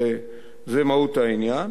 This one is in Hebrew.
הרי זו מהות העניין.